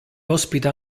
ospita